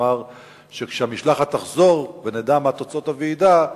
אמר שכשהמשלחת תחזור ונדע מה תוצאות הוועידה,